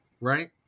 Right